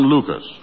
Lucas